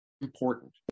important